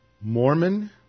Mormon